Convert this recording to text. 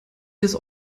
des